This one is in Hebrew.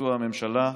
ביצוע הממשלה: